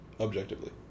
Objectively